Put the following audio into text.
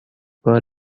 بار